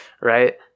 right